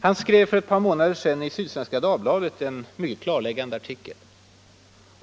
Han skrev för några månader sedan i Sydsvenska Dagbladet en klarläggande artikel.